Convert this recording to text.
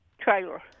trailer